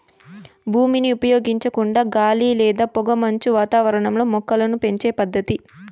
భూమిని ఉపయోగించకుండా గాలి లేదా పొగమంచు వాతావరణంలో మొక్కలను పెంచే పద్దతి